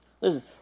listen